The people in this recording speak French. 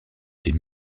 est